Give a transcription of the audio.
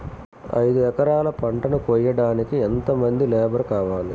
ఐదు ఎకరాల పంటను కోయడానికి యెంత మంది లేబరు కావాలి?